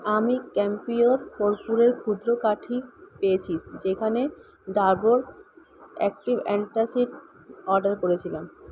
আমি ক্যাম্পিওর কর্পূরের ক্ষুদ্র কাঠি পেয়েছি যেখানে ডাবর অ্যাক্টিভ অ্যান্টাসিড অর্ডার করেছিলাম